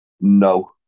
no